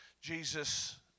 Jesus